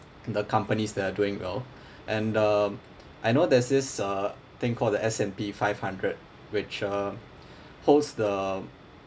the companies that are doing well and um I know there's this uh thing called the S_M_P five hundred which uh holds the